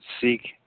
seek